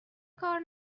کار